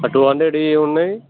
to హండ్రెడ్వి ఉన్నాయి